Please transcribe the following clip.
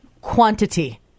quantity